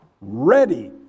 ready